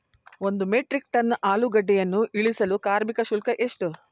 ಒಂದು metric ton ಆಲೂಗೆಡ್ಡೆಯನ್ನು ಇಳಿಸಲು ಕಾರ್ಮಿಕ ಶುಲ್ಕ ಎಷ್ಟು?